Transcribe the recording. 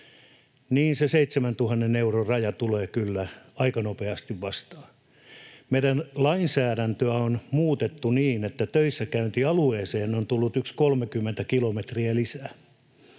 niin se 7 000 euron raja tulee kyllä aika nopeasti vastaan. Meidän lainsäädäntöä on muutettu niin, että töissäkäyntialueeseen on tullut yksi 30 kilometriä lisää,